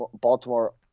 Baltimore